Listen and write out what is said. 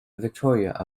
victoria